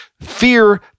fear